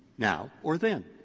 now or then.